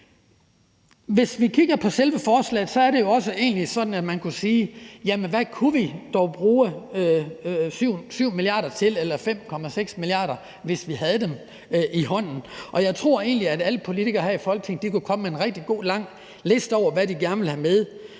Hvis vi kigger på selve forslaget, er det jo egentlig også sådan, at man kunne spørge, hvad vi dog kunne bruge 7 mia. kr. eller 5,6 mia. kr. til, hvis vi havde dem i hånden. Jeg tror egentlig, at alle politikere her i Folketinget kunne komme med en rigtig god og lang liste over, hvad de gerne ville have med.